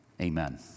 amen